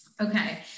Okay